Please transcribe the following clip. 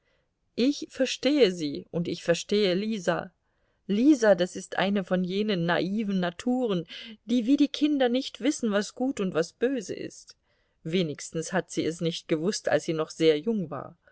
ich verstehe sie und ich verstehe lisa lisa das ist eine von jenen naiven naturen die wie die kinder nicht wissen was gut und was böse ist wenigstens hat sie es nicht gewußt als sie noch sehr jung war